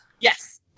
Yes